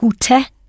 Gute